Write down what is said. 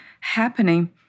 happening